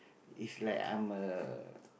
is like I am a